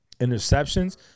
Interceptions